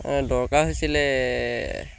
দৰকাৰ হৈছিলে